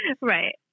Right